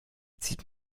sieht